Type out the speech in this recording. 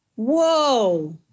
Whoa